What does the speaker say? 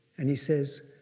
and he says,